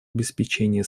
обеспечении